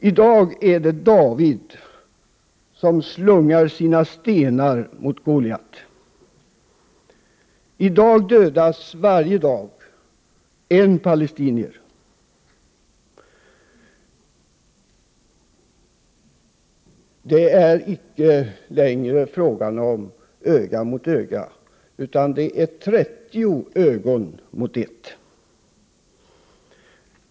I dag är det David som slungar sina stenar mot Goliat. Varje dag dödas en palestinier. Det är icke längre fråga om öga mot öga, utan det är 30 ögon mot ett.